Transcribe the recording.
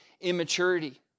immaturity